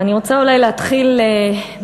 ואני רוצה אולי להתחיל מציטוט